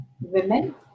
women